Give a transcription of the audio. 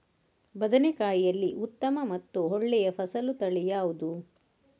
ಬದನೆಕಾಯಿಯಲ್ಲಿ ಉತ್ತಮ ಮತ್ತು ಒಳ್ಳೆಯ ಫಸಲು ತಳಿ ಯಾವ್ದು?